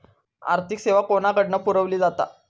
आर्थिक सेवा कोणाकडन पुरविली जाता?